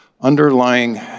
underlying